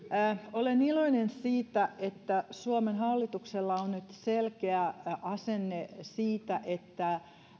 olen iloinen siitä että suomen hallituksella on nyt selkeä asenne siinä että